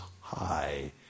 high